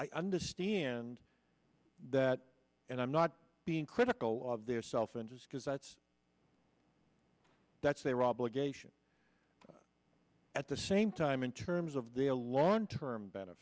i understand that and i'm not being critical of their self interest because that's that's their obligation at the same time in terms of the a long term be